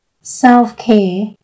self-care